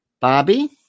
Bobby